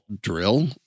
drill